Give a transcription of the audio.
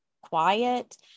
quiet